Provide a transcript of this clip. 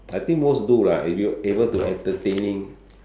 I think most do lah if you able to entertaining